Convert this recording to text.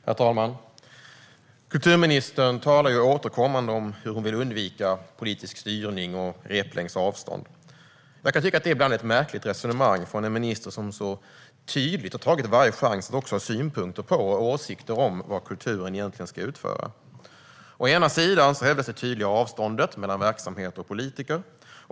Herr talman! Kulturministern talar återkommande om hur hon vill undvika politisk styrning och ha replängds avstånd. Jag kan tycka att det ibland är ett märkligt resonemang från en minister som så tydligt har tagit varje chans att också ha synpunkter på och åsikter om vad kulturen egentligen ska utföra. Å ena sidan hävdas det tydliga avståndet mellan verksamhet och politiker.